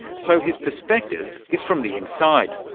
so his perspective is from the inside.